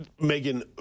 megan